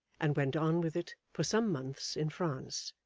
and went on with it for some months in france,